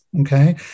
Okay